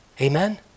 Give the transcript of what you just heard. Amen